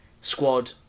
squad